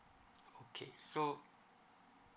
okay so